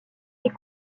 est